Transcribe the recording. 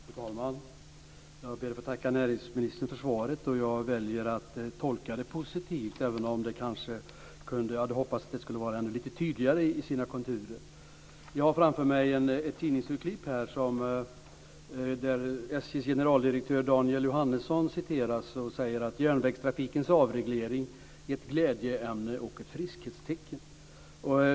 Fru talman! Jag ber att få tacka näringsministern för svaret. Jag väljer att tolka det positivt, även om jag hade hoppats att det skulle vara ännu lite tydligare i sina konturer. Jag har framför mig ett tidningsurklipp där SJ:s generaldirektör Daniel Johannesson citeras. Han säger att järnvägstrafikens avreglering är ett glädjeämne och ett friskhetstecken.